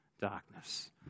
darkness